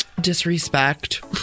Disrespect